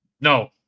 no